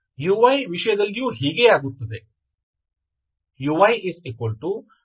uyವಿಷಯದಲ್ಲಿಯೂ ಹೀಗೆಯೇ ಆಗುತ್ತದೆ